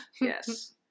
Yes